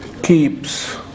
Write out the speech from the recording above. keeps